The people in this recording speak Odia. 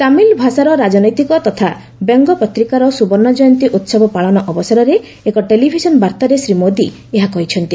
ତାମିଲ ଭାଷାର ରାଜନୈତିକ ତଥା ବ୍ୟଙ୍ଗ ପତ୍ରିକାର ସୁବର୍ଣ୍ଣଜୟନ୍ତୀ ଉତ୍ସବ ପାଳନ ଅବସରରେ ଏକ ଟେଲିଭିଜନ ବାର୍ତ୍ତାରେ ଶ୍ରୀ ମୋଦି ଏହା କହିଛନ୍ତି